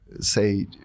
say